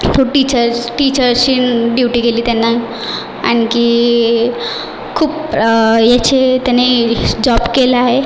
तो टीचर टीचरची ड्यूटी केली त्यानं आणखी खूप ह्याचे त्याने जॉब केला आहे